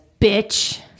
bitch